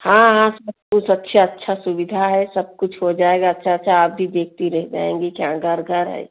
हाँ हाँ सब कुछ अच्छा अच्छा सुविधा है सब कुछ हो जाएगा अच्छा अच्छा आप भी आप भी देखती रह जाएँगी कि हाँ घर घर है